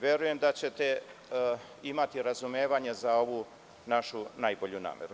Verujem da ćete imati razumevanja za ovu našu najbolju nameru.